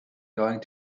going